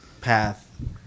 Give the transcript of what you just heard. path